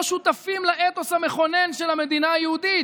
שותפים לאתוס המכונן של המדינה היהודית,